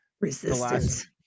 Resistance